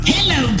Hello